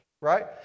right